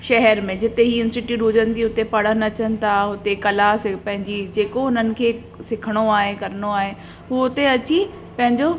शहर में जिते ही इंस्टिट्यूट हुजंदी हुते पढ़नि अचनि था हुते कला पंहिंजी जेको हुननि खे सिखिणो आहे करिणो आहे हू हुते अची पंहिंजो